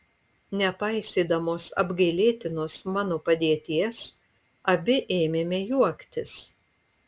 nepaisydamos apgailėtinos mano padėties abi ėmėme juoktis